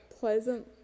pleasant